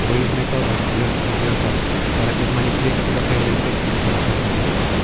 oidme todos dioses y diosas para que os manifieste lo que en el pecho mi corazón me dicta